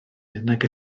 nag